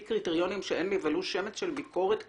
קריטריונים שאין לי ולו שמץ של ביקורת כלפיהם.